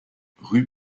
rue